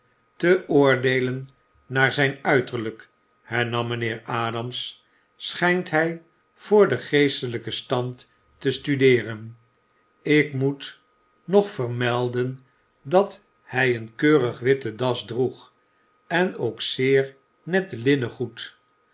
te oordeelen naar zyn uiterlyk hernam mynheer adams schynt hy voor den geestelyken stand te studeeren ik moet nog vermelden dat hy een keurig witte das droeg en ook zeer net